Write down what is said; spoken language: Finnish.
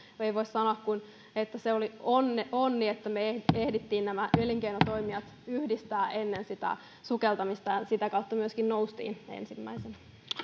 ei voi sanoa kuin että se oli onni onni että me ehdimme nämä elinkeinotoimijat yhdistää ennen sitä sukeltamista ja sitä kautta myöskin noustiin ensimmäisenä